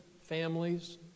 families